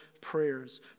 prayers